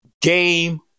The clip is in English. Game